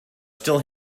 still